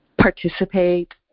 participate